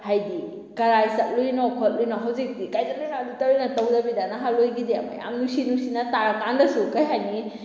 ꯍꯥꯏꯗꯤ ꯀꯔꯥꯏ ꯆꯠꯂꯨꯏꯅꯣ ꯈꯣꯠꯂꯨꯏꯅꯣ ꯍꯧꯖꯤꯛꯇꯤ ꯀꯥꯏ ꯆꯠꯂꯨꯏꯅꯣ ꯑꯗꯨ ꯇꯧꯔꯨꯏꯅꯣ ꯇꯧꯗꯕꯤꯗ ꯅꯍꯥꯜꯋꯥꯏꯒꯤꯗꯤ ꯌꯥꯝ ꯅꯨꯡꯁꯤ ꯅꯨꯡꯁꯤꯅ ꯇꯔꯥꯛ ꯀꯥꯟꯗꯁꯨ ꯀꯩ ꯍꯥꯏꯅꯤ